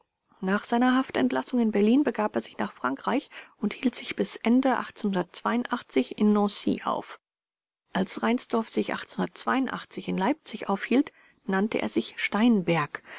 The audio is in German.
nach seiner haftentlassung in berlin begab er sich nach frankreich und hielt sich bis ende in nancy auf als reinsdorf sich in leipzig aufhielt nannte er sich steinberg